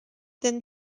then